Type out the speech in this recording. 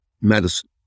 medicine